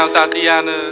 Tatiana